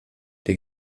der